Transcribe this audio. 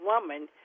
woman